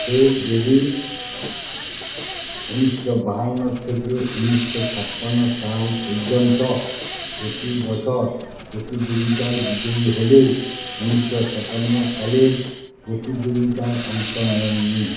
Fred Davis উনিশশো বাহান্ন থেকে উনিশশো ছাপ্পান্ন সাল পর্যন্ত প্রতি বছর প্রতিযোগিতায় বিজয়ী হলেও উনিশশো সাতান্ন সালের প্রতিযোগিতায় অংশ নেন নি